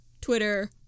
Twitter